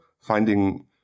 finding